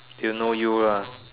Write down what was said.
they don't know you ah